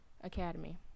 Academy